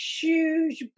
huge